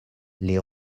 les